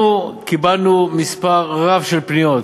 אנחנו קיבלנו מספר רב של פניות